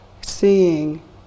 seeing